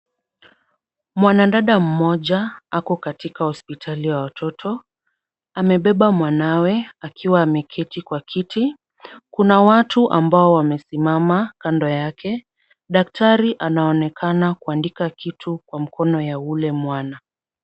Mwanadada mmoja ako katika hospitali ya watoto. Amebeba mwanawe akiwa ameketi kwa kiti. Kuna watu ambao wamesimama kando yake. Daktari anaonekana kuandika kitu kwa mkono ya ule mwana.